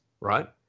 right